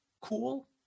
cool